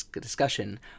discussion